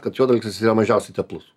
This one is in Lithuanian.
kad juodalksnis yra mažiausiai teplus